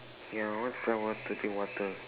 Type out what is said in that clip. yeah what's wrong want to drink water